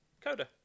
Coda